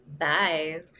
Bye